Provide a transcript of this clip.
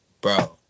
bro